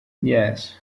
yes